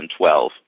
2012